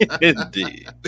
Indeed